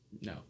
No